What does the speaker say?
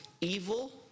evil